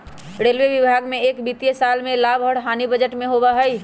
railway विभाग में एक वित्तीय साल में लाभ और हानि बजट में होबा हई